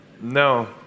no